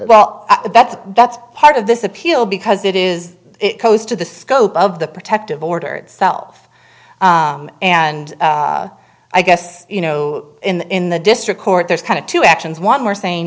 well that's that's part of this appeal because it is it goes to the scope of the protective order itself and i guess you know in the district court there's kind of two actions one more